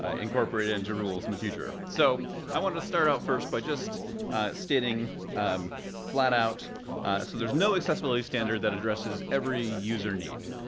ah incorporated into rules in the future. so i wanted to start out first by just stating um flat out so there's no accessibility standard that addresses every user need.